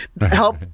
help